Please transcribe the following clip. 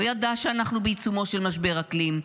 לא ידע שאנחנו בעיצומו של משבר אקלים,